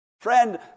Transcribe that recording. Friend